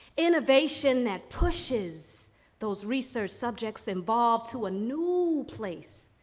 innovation that pushes those research subjects involved to a new place.